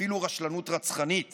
אפילו רשלנות רצחנית